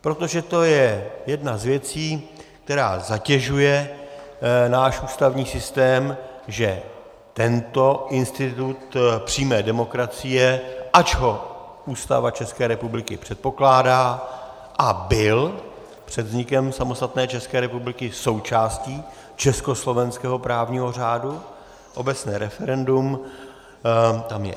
Protože to je jedna z věcí, která zatěžuje náš ústavní systém, že tento institut přímé demokracie, ač ho Ústava ČR předpokládá, a byl před vznikem samostatné České republiky součástí československého právního řádu, obecné referendum tam je.